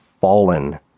fallen